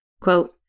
quote